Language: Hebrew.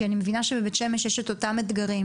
כי אני מבינה שבבית שמש יש את אותם אתגרים